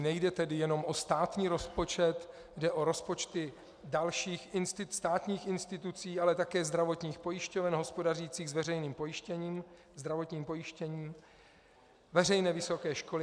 Nejde tedy jenom o státní rozpočet, jde o rozpočty dalších státních institucí, ale také zdravotních pojišťoven hospodařících s veřejným zdravotním pojištěním, veřejné vysoké školy atd.